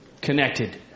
connected